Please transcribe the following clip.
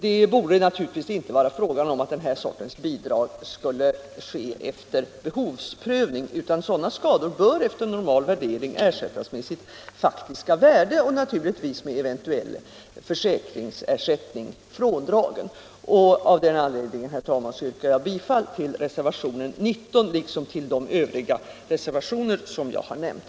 Det borde naturligtvis inte vara fråga om att den här sortens bidrag skall utgå efter behovsprövning, utan ersättning för skador i samband med översvämning bör efter normal värdering utgå efter det faktiska värdet, naturligtvis med eventuell försäkringsersättning fråndragen. Herr talman! Jag yrkar bifall till reservationen 19 liksom till de övriga reservationer som jag tidigare nämnt.